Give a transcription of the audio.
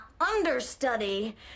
understudy